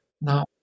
now